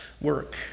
work